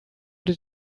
did